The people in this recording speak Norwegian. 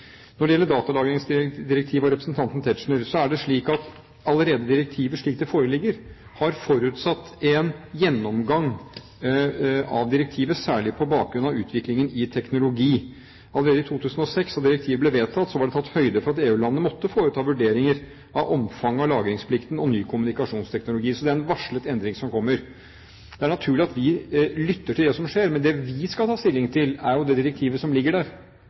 Når det gjelder datalagringsdirektivet og representanten Tetzschner, er det slik at dette direktivet, slik det foreligger, er det forutsatt en gjennomgang av, særlig på bakgrunn av utviklingen i teknologi. Allerede i 2006, da direktivet ble vedtatt, var det tatt høyde for at EU-landene måtte foreta vurderinger av omfanget av lagringsplikten og ny kommunikasjonsteknologi. Så det er en varslet endring som kommer. Det er naturlig at vi lytter til det som skjer, men det vi skal ta stilling til, er det direktivet som ligger der,